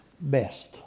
best